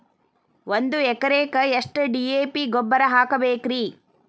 ಒಂದು ಎಕರೆಕ್ಕ ಎಷ್ಟ ಡಿ.ಎ.ಪಿ ಗೊಬ್ಬರ ಹಾಕಬೇಕ್ರಿ?